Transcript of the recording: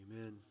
Amen